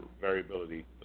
variability